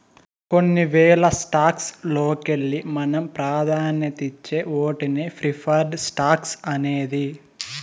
కొన్ని వేల స్టాక్స్ లోకెల్లి మనం పాదాన్యతిచ్చే ఓటినే ప్రిఫర్డ్ స్టాక్స్ అనేది